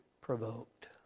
provoked